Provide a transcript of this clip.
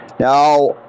Now